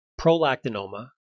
prolactinoma